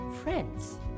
friends